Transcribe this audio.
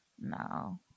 No